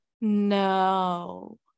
No